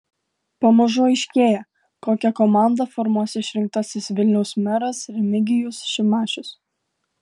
pamažu aiškėja kokią komandą formuos išrinktasis vilniaus meras remigijus šimašius